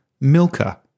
Milka